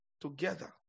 together